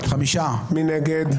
מי נגד?